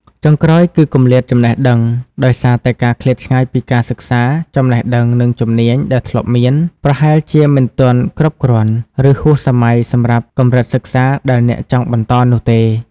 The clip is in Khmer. ចុងក្រោយ គឺ គម្លាតចំណេះដឹង ដោយសារតែការឃ្លាតឆ្ងាយពីការសិក្សា ចំណេះដឹង និងជំនាញដែលធ្លាប់មាន ប្រហែលជាមិនទាន់គ្រប់គ្រាន់ ឬហួសសម័យសម្រាប់កម្រិតសិក្សាដែលអ្នកចង់បន្តនោះទេ។